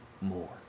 more